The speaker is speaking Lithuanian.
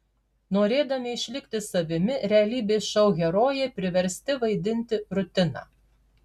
norėdami išlikti savimi realybės šou herojai priversti vaidinti rutiną